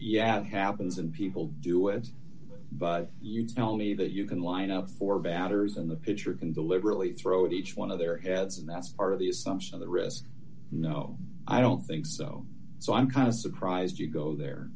yeah it happens and people do it but you tell me that you can line up for batters in the pitcher can deliberately throw at each one of their heads and that's part of the assumption of the risk no i don't think so so i'm surprised you go there